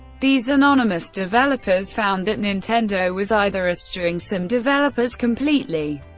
these anonymous developers found that nintendo was either eschewing some developers completely,